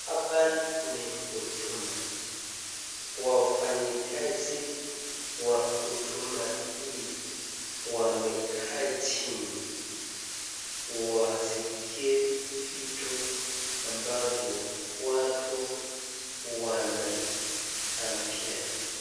Hapa ni huduma, wafanyikazi wa huduma hii wamekaa chini, wasikie vitu ambabvyo watu wanaambia.